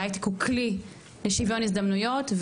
שההייטק הוא כלי לשווין הזדמנויות,